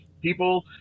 people